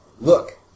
look